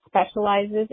specializes